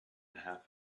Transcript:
half